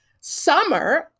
summer